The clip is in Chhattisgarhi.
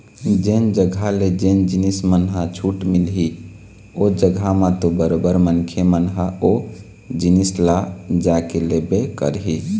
जेन जघा जेन जिनिस मन ह छूट मिलही ओ जघा म तो बरोबर मनखे मन ह ओ जिनिस ल जाके लेबे करही